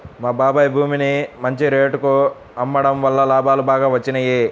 మా బాబాయ్ భూమిని మంచి రేటులో అమ్మడం వల్ల లాభాలు బాగా వచ్చినియ్యి